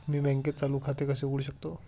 मी बँकेत चालू खाते कसे उघडू शकतो?